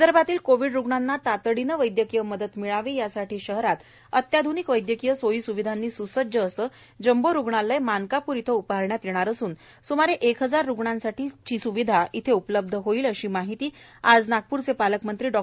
विदर्भातील कोविड रुग्णांना तातडीने वैद्यकीय मदत मिळावी यासाठी शहरात अत्याधुनिक वैद्यकीय सोयी सुविधांनी सुसज्ज असे जम्बो रुग्णालय मानकापूर येथे उभारण्यात येणार असून सुमारे एक हजार रुग्णांसाठी सुविधा येथे उपलब्ध होईल अशी माहिती आज नागपूरचे पालकमंत्री डॉ